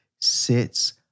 sits